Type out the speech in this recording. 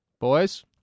Boys